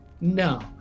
No